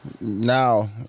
now